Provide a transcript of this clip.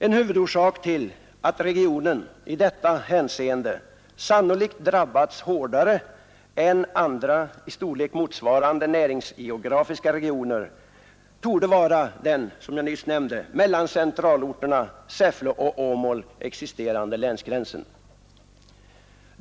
En huvudorsak till att regionen i detta hänseende sannolikt drabbats hårdare än andra i storlek motsvarande näringsgeografiska regioner torde vara den — som jag nyss nämnde — mellan centralorterna Säffle och Åmål existerande länsgränsen.